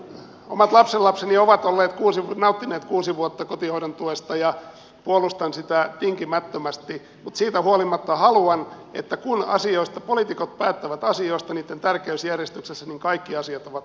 omat lapsenlapseni ovat nauttineet kuusi vuotta kotihoidon tuesta ja puolustan sitä tinkimättömästi mutta siitä huolimatta haluan että kun poliitikot päättävät asioista niitten tärkeysjärjestyksestä niin kaikki asiat ovat yhtä aikaa esillä